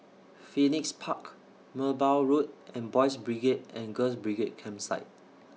Phoenix Park Merbau Road and Boys' Brigade and Girls' Brigade Campsite